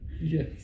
Yes